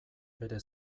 bere